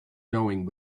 knowing